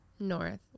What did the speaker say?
north